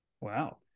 Wow